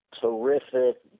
terrific